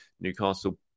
Newcastle